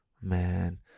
Man